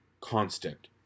constant